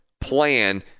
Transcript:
plan